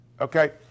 okay